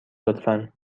لطفا